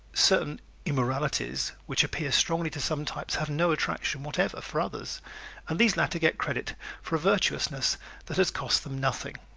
certain immoralities which appeal strongly to some types have no attraction whatever for others and these latter get credit for a virtuousness that has cost them nothing.